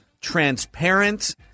transparent